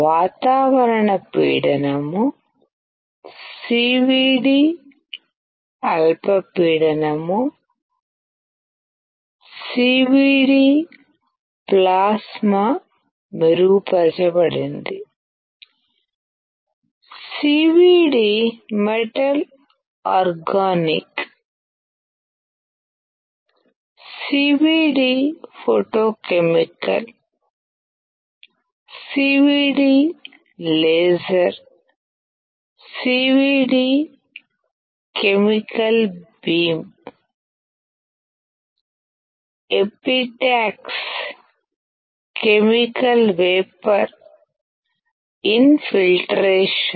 వాతావరణ పీడనం సివిడి అల్పపీడనంసివిడి CVD ప్లాస్మా మెరుగుపరచబడింది CVD metal organic CVD photochemical CVD laser CVD chemical beam epitaxy chemical vapour in filtration